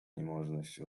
niemożność